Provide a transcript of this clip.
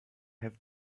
have